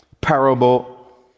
parable